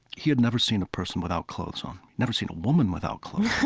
he had never seen a person without clothes on, never seen a woman without clothes on.